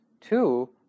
two